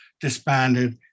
disbanded